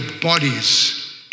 bodies